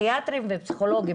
פסיכיאטרים ופסיכולוגים.